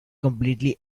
completely